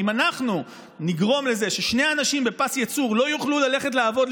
אם אנחנו נגרום לזה ששני אנשים בפס ייצור לא יוכלו ללכת לעבוד,